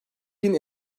bin